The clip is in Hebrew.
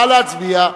נא להצביע.